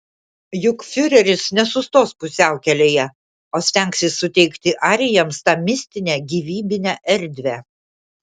juk fiureris nesustos pusiaukelėje o stengsis suteikti arijams tą mistinę gyvybinę erdvę